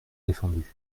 défendu